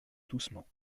doucement